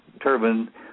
turbine